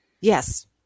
Yes